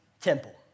temple